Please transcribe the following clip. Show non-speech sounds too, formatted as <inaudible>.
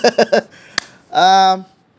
<laughs> um